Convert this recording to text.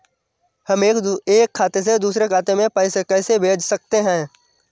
हम एक खाते से दूसरे खाते में पैसे कैसे भेज सकते हैं?